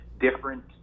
different